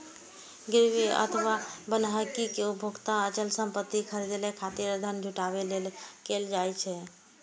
गिरवी अथवा बन्हकी के उपयोग अचल संपत्ति खरीदै खातिर धन जुटाबै लेल कैल जाइ छै